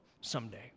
someday